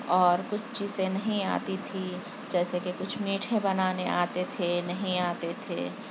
اور کچھ چیزیں نہیں آتی تھی جیسے کہ کچھ میٹھے بنانے آتے تھے نہیں آتے تھے